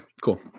cool